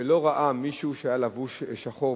ולא ראה מישהו שהיה לבוש שחור,